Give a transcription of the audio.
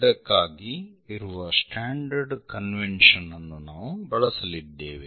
ಇದಕ್ಕಾಗಿ ಇರುವ standard convention ಅನ್ನು ನಾವು ಬಳಸಲಿದ್ದೇವೆ